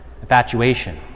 infatuation